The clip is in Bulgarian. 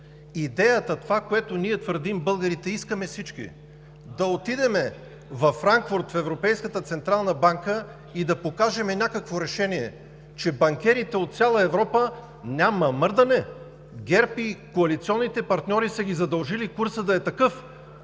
Идеята – това, което ние българите твърдим, искаме всички да отидем във Франкфурт, в Европейската централна банка и да покажем някакво решение, че банкерите от цяла Европа – няма мърдане, ГЕРБ и коалиционните партньори са ги задължили курсът да е такъв.